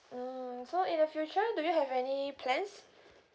mm so in the future do you have any plans